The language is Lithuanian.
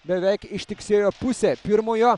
beveik ištiksėjo pusė pirmojo